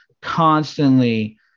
constantly